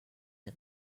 him